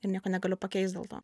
ir nieko negaliu pakeist dėl to